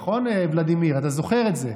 נכון, ולדימיר, אתה זוכר את זה?